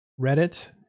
Reddit